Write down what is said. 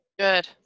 Good